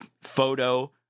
photo